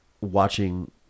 watching